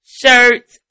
shirts